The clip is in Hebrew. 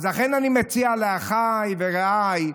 אז לכן אני מציע לאחיי ורעיי,